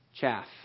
Chaff